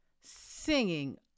Singing